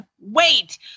wait